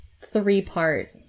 three-part